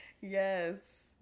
Yes